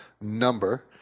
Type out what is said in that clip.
number